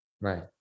right